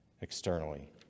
externally